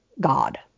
god